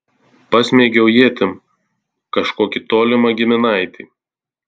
pasmeigiau ietim kažkokį tolimą giminaitį